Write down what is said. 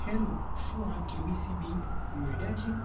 hello શું આ KBC બિન્ક નોઇડા છે